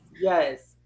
Yes